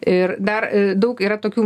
ir dar daug yra tokių